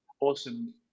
awesome